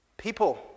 people